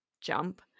jump